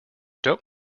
don’t